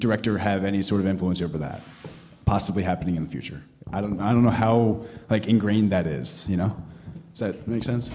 director have any sort of influence over that possibly happening in the future i don't i don't know how ingrained that is you know so that makes